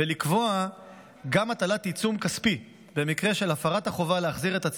ולקבוע גם הטלת עיצום כספי במקרה של הפרת החובה להחזיר לביתו